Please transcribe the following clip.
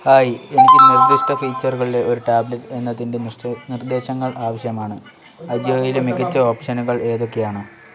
hi എനിക്ക് നിർദ്ദിഷ്ട ഫീച്ചറുകളിലെ ഒരു ടാബ്ലറ്റ് എന്നതിൻ്റെ നിർദ്ദേശങ്ങൾ ആവശ്യമാണ് അജിയോയിലെ മികച്ച ഓപ്ഷനുകൾ ഏതൊക്കെയാണ്